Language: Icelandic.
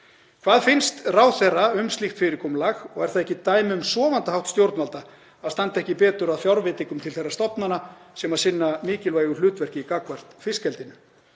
Hvað finnst ráðherra um slíkt fyrirkomulag, og er það ekki dæmi um sofandahátt stjórnvalda að standa ekki betur að fjárveitingum til þeirra stofnana sem sinna mikilvægu hlutverki gagnvart fiskeldinu?